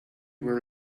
where